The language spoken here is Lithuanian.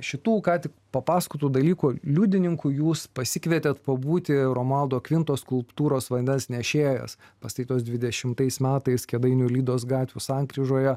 šitų ką tik papasakotų dalykų liudininku jūs pasikvietėt pabūti romualdo kvintos skulptūros vandens nešėjas pastatytos dvidešimtais metais kėdainių lydos gatvių sankryžoje